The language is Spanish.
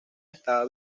estaba